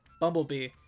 Bumblebee